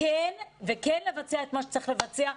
וכן לבצע את מה שצריך לבצע,